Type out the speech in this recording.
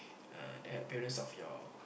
uh the appearance of your